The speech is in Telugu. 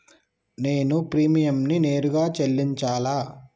నేను ప్రీమియంని నేరుగా చెల్లించాలా?